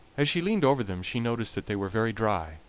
as she leaned over them she noticed that they were very dry.